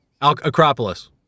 Acropolis